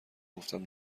گفتم